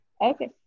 Okay